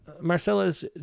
Marcella's